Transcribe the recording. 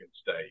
State